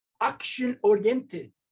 action-oriented